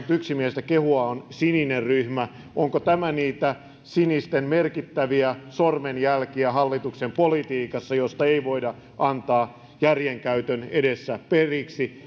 yksimielistä kehua on sininen ryhmä onko tämä niitä sinisten merkittäviä sormenjälkiä hallituksen politiikassa josta ei voida antaa järjenkäytön edessä periksi